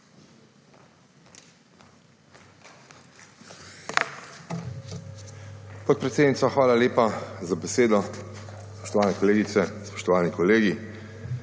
Hvala